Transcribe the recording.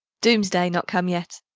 doom's-day not come yet!